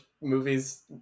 movies